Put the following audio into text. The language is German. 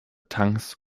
tanks